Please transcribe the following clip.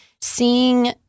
seeing